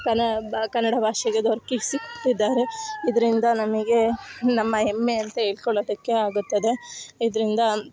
ಕನ್ನಡ ಬಾ ಕನ್ನಡ ಭಾಷೆಗೆ ದೊರಕಿಸಿ ಕೊಟ್ಟಿದ್ದಾರೆ ಇದರಿಂದ ನಮಗೆ ನಮ್ಮ ಹೆಮ್ಮೆ ಅಂತ ಹೇಳ್ಕೊಳೋದಕ್ಕೆ ಆಗುತ್ತದೆ ಇದರಿಂದ